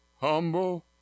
humble